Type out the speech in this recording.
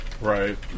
right